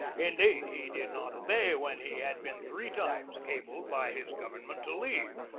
indeed, he did not obey when he had been three times cabled by his government to leave,